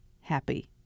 happy